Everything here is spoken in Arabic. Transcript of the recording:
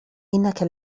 إنك